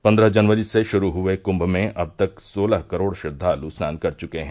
पन्द्रह जनवरी से शुरू हए कृम्भ में अब तक सोलह करोड़ श्रद्वाल् स्नान कर चुके हैं